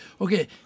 Okay